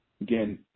Again